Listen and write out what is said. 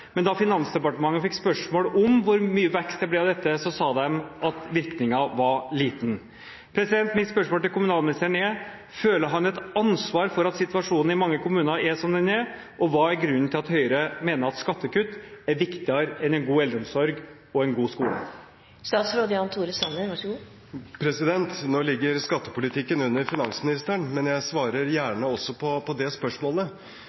men da Finansdepartementet fikk spørsmål om hvor mye vekst det ble av dette, sa de at virkningen var liten. Mitt spørsmål til kommunalministeren er: Føler han et ansvar for at situasjonen i mange kommuner er som den er, og hva er grunnen til at Høyre mener at skattekutt er viktigere enn en god eldreomsorg og en god skole? Nå ligger skattepolitikken under finansministeren, men jeg svarer gjerne også på det spørsmålet, for det virker på spørsmålet